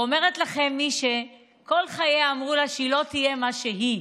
אומרת לכם מי שכל חייה אמרו לה שהיא לא תהיה מה שהיא,